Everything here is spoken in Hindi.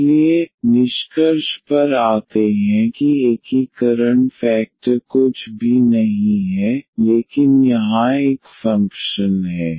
इसलिए निष्कर्ष पर आते हैं कि एकीकरण फेकटर कुछ भी नहीं है लेकिन यहां एक फ़ंक्शन है